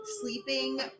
sleeping